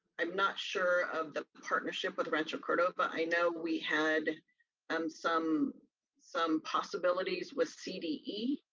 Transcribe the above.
i'm not sure of the partnership with rancho cordova. i know we had and some some possibilities with cde,